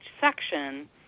section